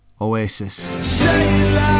Oasis